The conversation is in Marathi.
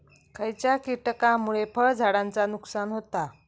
खयच्या किटकांमुळे फळझाडांचा नुकसान होता?